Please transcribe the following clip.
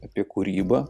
apie kūrybą